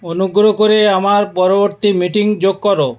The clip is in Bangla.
অনুগোরো করে আমার পরবর্তী মিটিং যোগ করো